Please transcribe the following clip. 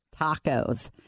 tacos